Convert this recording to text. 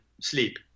Sleep